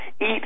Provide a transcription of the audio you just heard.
eat